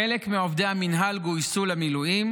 חלק מעובדי המינהל גויסו למילואים